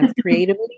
creatively